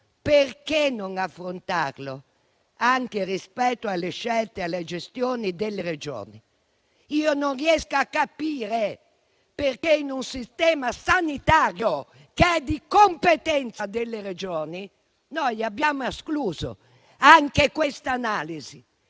perché non affrontarlo anche rispetto alle scelte e alle gestioni delle Regioni? Io non riesco a capire perché, in un sistema sanitario che è di competenza delle Regioni, abbiamo escluso anche questa analisi;